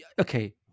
okay